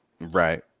Right